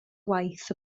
waith